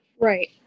Right